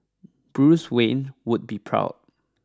Bruce Wayne would be proud